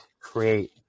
create